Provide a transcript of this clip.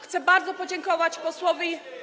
Chcę bardzo podziękować posłowi.